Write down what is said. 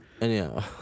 Anyhow